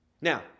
Now